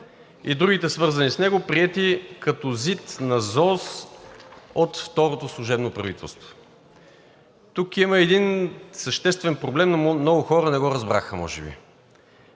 и другите свързани с него, приети като ЗИД на ЗОС от второто служебно правителство. Тук има един съществен проблем, но много хора не го разбраха може би.